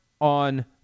on